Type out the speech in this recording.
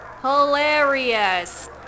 hilarious